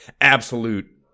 absolute